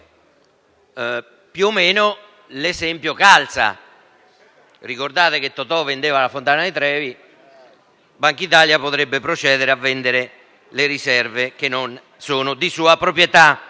di Trevi (l'esempio calza): ricorderete che Totò vendeva la fontana di Trevi; Bankitalia potrebbe procedere alla vendita delle riserve che non sono di sua proprietà.